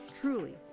truly